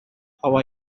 how